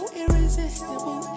irresistible